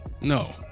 No